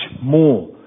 more